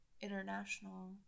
international